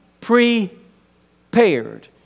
prepared